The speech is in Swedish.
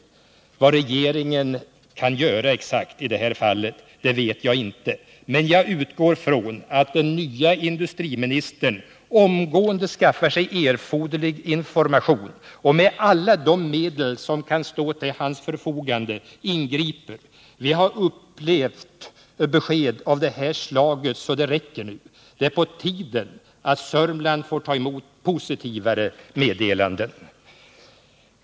Exakt vad regeringen kan göra i det här fallet vet jag inte, men jag utgår från att den nye industriministern omgående skaffar sig erforderlig information och med alla de medel som kan stå till hans förfogande ingriper. Vi har upplevt besked av det här slaget så det räcker. Det är på tiden att Sörmland får ta emot positivare meddelanden.